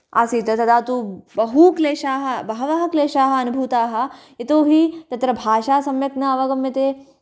आसीत् तदा तु बहुक्लेशाः बहवः क्लेशाः अनुभूताः यतोऽहि तत्र भाषा सम्यक् नावगम्यते